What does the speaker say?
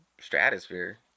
stratosphere